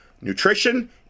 nutrition